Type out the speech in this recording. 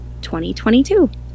2022